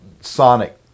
sonic